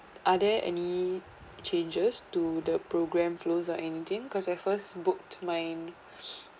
are there any changes to the programme flows or anything cause I first booked my